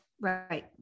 Right